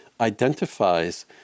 identifies